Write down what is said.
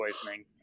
poisoning